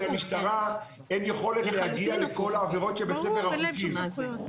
שלמשטרה אין יכולת להגיע לכל העבירות שבספר החוקים.